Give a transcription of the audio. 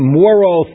moral